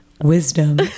wisdom